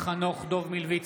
חנוך דב מלביצקי,